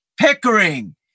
Pickering